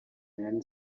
men